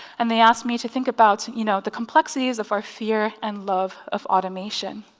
and they asked me to think about you know the complexities of our fear and love of automation.